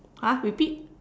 !huh! repeat